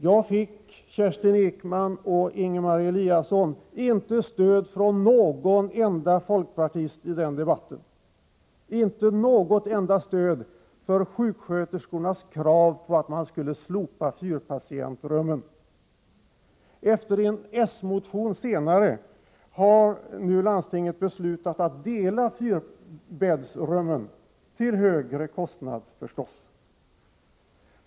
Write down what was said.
Jag fick, Kerstin Ekman och Ingemar Eliasson, i den debatten inte stöd från någon enda folkpartist när det gällde sjuksköterskornas krav på att fyrapatientsrum skulle slopas. Efter en socialdemokratisk motion som väcktes senare har landstinget nu beslutat att dela fyrapatientsrummen -— detta till högre kostnad, förstås.